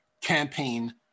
campaign